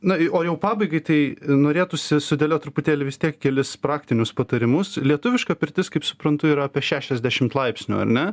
na o jau pabaigai tai norėtųsi sudėliot truputėlį vis tiek kelis praktinius patarimus lietuviška pirtis kaip suprantu yra apie šešiasdešimt laipsnių ar ne